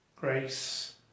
Grace